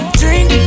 drink